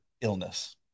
illness